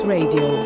Radio